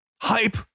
hype